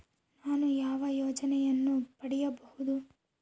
ನಾನು ಯಾವ ಯೋಜನೆಯನ್ನು ಪಡೆಯಬಹುದು?